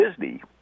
Disney